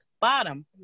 bottom